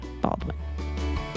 Baldwin